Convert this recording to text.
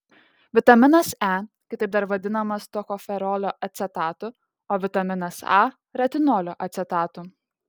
vitaminas e kitaip dar vadinamas tokoferolio acetatu o vitaminas a retinolio acetatu